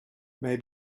may